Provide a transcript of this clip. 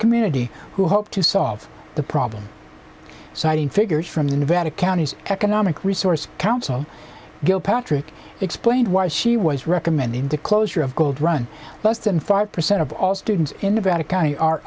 community who hope to solve the problem citing figures from the nevada county's economic resource council gilpatrick explained why she was recommending the closure of gold run less than five percent of all students in nevada county are